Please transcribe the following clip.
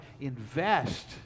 invest